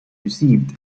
received